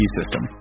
system